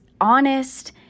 honest